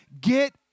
get